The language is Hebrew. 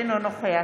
אינו נוכח